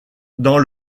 dans